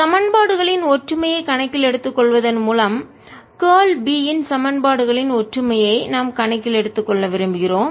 சமன்பாடுகளின் ஒற்றுமையை கணக்கில் எடுத்துக் கொள்வதன் மூலம் கார்ல் B இன் சமன்பாடுகளின் ஒற்றுமையை நாம் கணக்கில் எடுத்துக் கொள்ள விரும்புகிறோம்